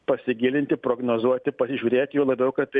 pasigilinti prognozuoti pasižiūrėti juo labiau kad tai